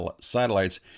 satellites